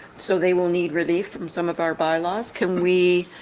so they will need relief from some of our bylaws. can we?